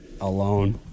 Alone